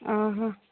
ଅ ହଁ